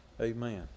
Amen